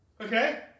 Okay